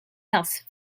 else